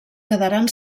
quedaren